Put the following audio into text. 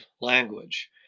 language